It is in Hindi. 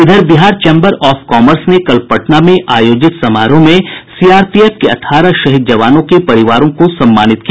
इधर बिहार चैम्बर ऑफ कॉमर्स ने कल पटना में आयोजित समारोह में सीआरपीएफ के अठारह शहीद जवानों के परिजनों को सम्मानित किया